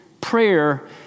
prayer